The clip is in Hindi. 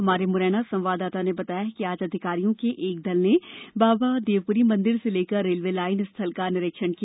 हमारे मुरैना संवाददाता ने बताया कि आज अधिकारियों के एक दल ने बाबा देवपुरी मंदिर से लेकर रेलवे लाइन स्थल का निरीक्षण किया